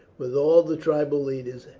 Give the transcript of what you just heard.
with all the tribal leaders,